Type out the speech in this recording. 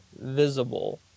visible